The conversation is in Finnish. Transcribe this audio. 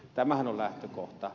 tämähän on lähtökohta